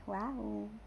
!wow!